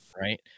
Right